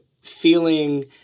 feeling